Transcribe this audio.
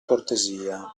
cortesia